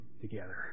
together